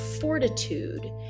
fortitude